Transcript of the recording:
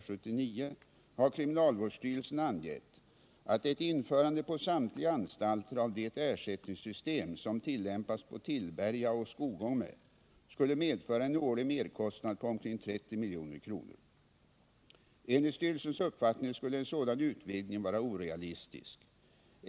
styrelsen angett att ett införande på samtliga anstalter av det ersättningssystem som tillämpas vid Tillberga och Skogome skulle medföra en årlig merkostnad på omkring 30 milj.kr. Enligt styrelsens uppfattning skulle en sådan utvidgning vara orealistisk.